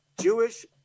Jewish